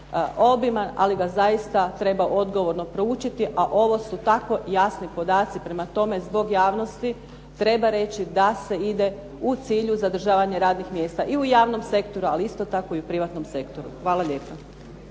ali ga zaista treba odgovorno proučiti, a ovo su tako jasni podaci, prema tome zbog javnosti treba reći da se ide u cilju zadržavanja radnih mjesta i u javnom sektoru, ali isto tako i u privatnom sektoru. Hvala lijepa.